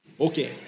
Okay